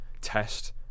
Test